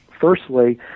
firstly